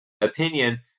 opinion